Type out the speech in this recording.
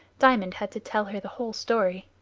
diamond had to tell her the whole story.